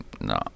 No